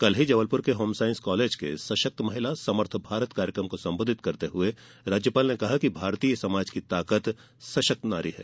वहीं जबलपुर के home science college के सशक्त महिला समर्थ भारत कार्यक्रम को संबोधित करते हुए राज्यपाल ने कहा कि भारतीय समाज की ताकत सशक्त नारी ही है